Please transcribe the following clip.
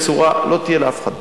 לא תהיה לאף אחד טענה.